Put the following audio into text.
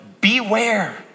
beware